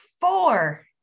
four